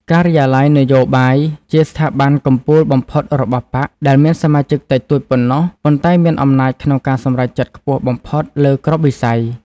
ការិយាល័យនយោបាយជាស្ថាប័នកំពូលបំផុតរបស់បក្ស ដែលមានសមាជិកតិចតួចប៉ុណ្ណោះ ប៉ុន្តែមានអំណាចក្នុងការសម្រេចចិត្តខ្ពស់បំផុតលើគ្រប់វិស័យ ។